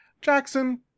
jackson